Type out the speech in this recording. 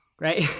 right